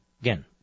Again